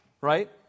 right